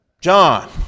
John